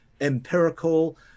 empirical